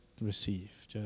receive